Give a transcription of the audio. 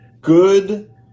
good